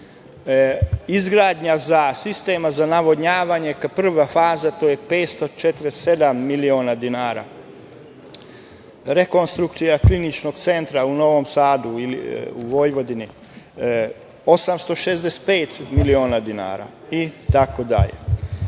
Izgradnja sistema za navodnjavanje, prva faza, to je 547 miliona dinara, rekonstrukcija Kliničkog centra u Novom Sadu, u Vojvodini, 865 miliona dinara, itd. Pored